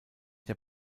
der